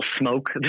smoke